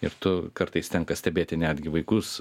ir tu kartais tenka stebėti netgi vaikus